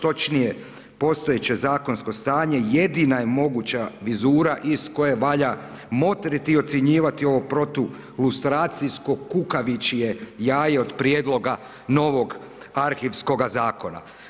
Točnije postojeće zakonsko stanje jedina je moguća vizura iz koje valja motriti i ocjenjivati ovo protu lustracijsko kukavičje jaje od prijedloga novog arhivskoga zakona.